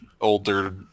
older